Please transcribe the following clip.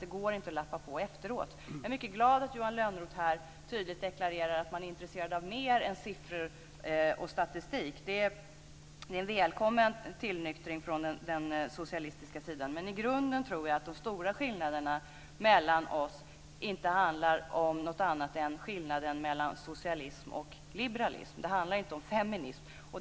Det går inte att lappa på efteråt. Jag är mycket glad åt att Johan Lönnroth här tydligt deklarerar att man är intresserad av mer än siffror och statistik. Det är en välkommen tillnyktring från den socialistiska sidan, men i grunden tror jag att de stora skillnaderna mellan oss inte handlar om något annat än skillnaden mellan socialism och liberalism. Det handlar inte om feminism.